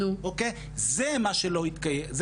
זה מה שלא מתקיים.